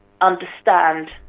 understand